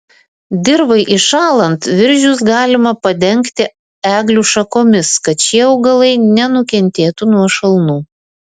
dirvai įšąlant viržius galima padengti eglių šakomis kad šie augalai nenukentėtų nuo šalnų